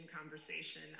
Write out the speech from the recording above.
conversation